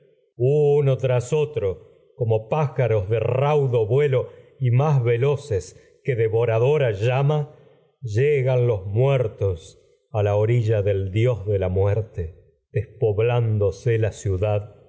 uno tras otro como üdipo rey pájaros de raudo vuelo y más veloces que devoradora llama llegan los muertos a la orilla del dios de la muer te despoblándose los la ciudad